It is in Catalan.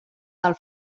del